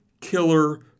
killer